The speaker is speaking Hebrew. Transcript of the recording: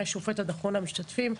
מהשופט עד אחרון המשתתפים.